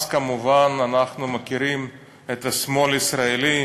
אז כמובן אנחנו מכירים את השמאל הישראלי,